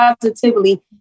positively